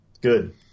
Good